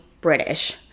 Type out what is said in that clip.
British